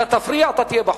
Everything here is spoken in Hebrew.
אתה תפריע, אתה תהיה בחוץ.